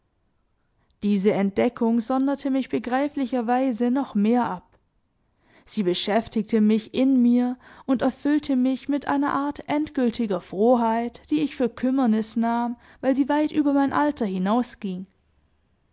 diese entdeckung sonderte mich begreiflicherweise noch mehr ab sie beschäftigte mich in mir und erfüllte mich mit einer art endgültiger frohheit die ich für kümmernis nahm weil sie weit über mein alter